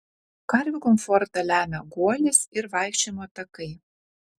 karvių komfortą lemia guolis ir vaikščiojimo takai